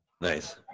Nice